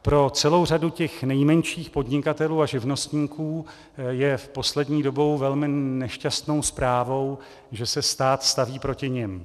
Pro celou řadu těch nejmenších podnikatelů a živnostníků je poslední dobou velmi nešťastnou zprávou, že se stát staví proti nim.